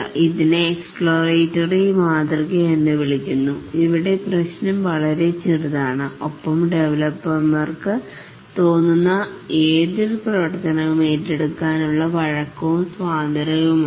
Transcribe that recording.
ഇതിനെ എക്സോപ്ലോറേറ്ററി മാതൃക എന്നു വിളിക്കുന്നു ഇവിടെ പ്രശ്നം വളരെ ചെറുതാണ് ഒപ്പം ഡെവലപ്പർക്ക് തോന്നുന്ന ഏതൊരു പ്രവർത്തനവും ഏറ്റെടുക്കാനുള്ള വഴക്കവും സ്വാതന്ത്ര്യവുമുണ്ട്